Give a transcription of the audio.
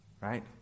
Right